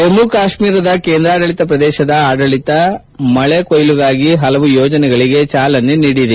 ಜಮ್ನು ಕಾಶ್ತೀರದ ಕೇಂದ್ರಾಡಳಿತ ಪ್ರದೇಶದ ಆಡಳಿತ ಮಳೆಕೊಯ್ಲಗಾಗಿ ಹಲವು ಯೋಜನೆಗಳಿಗೆ ಚಾಲನೆ ನೀಡಿದೆ